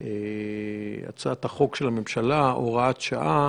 הצעת החוק של הממשלה (הוראת שעה)